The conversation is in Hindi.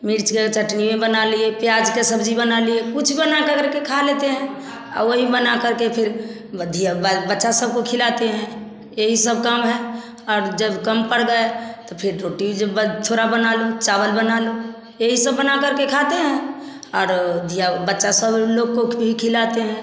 मिर्च की चटनी बना लिए प्याज की सब्जी बना लिए कुछ बनाकर के खा लेते है और वही बना करके फिर बच बच्चा सब को खिलाते हैं यही सब काम है और जब कम पड़ गया तो फिर रोटी जब थोड़ा बना लो चावल बना लो यही सब बनाकर खाते हैं और जिया बच्चा सब लोग को भी खिलाते हैं